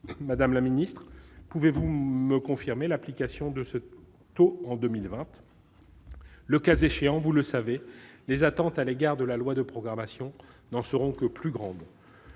Madame la ministre, pouvez-vous me confirmer l'application d'un tel taux en 2020 ? Le cas échéant, vous le savez, les attentes à l'égard du projet de loi de programmation n'en seront que plus grandes.